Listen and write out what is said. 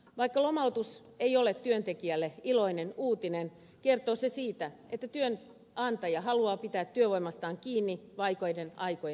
vaikka lomautus ei ole työntekijälle iloinen uutinen kertoo se siitä että työnantaja haluaa pitää työvoimastaan kiinni vaikeiden aikojen yli